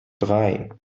drei